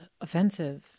offensive